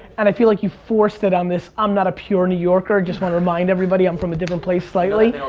and i feel like you forced it on this, i'm not a pure new yorker, just want to remind everybody i'm from a different place slightly.